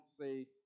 say